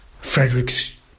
Frederick's